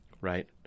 right